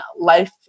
life